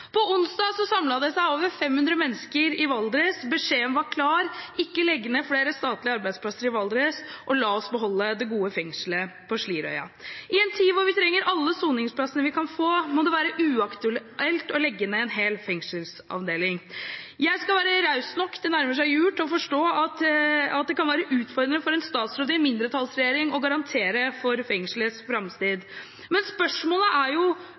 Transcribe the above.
På onsdag samlet det seg over 500 mennesker i Valdres. Beskjeden var klar: Ikke legg ned flere statlige arbeidsplasser i Valdres, la oss beholde det gode fengselet på Slidreøya! I en tid hvor vi trenger alle soningsplassene vi kan få, må det være uaktuelt å legge ned en helt fengselsavdeling. Jeg skal være raus nok – det nærmer seg jul – til å forstå at det kan være utfordrende for en statsråd i en mindretallsregjering å garantere for fengselets framtid, men spørsmålet er jo: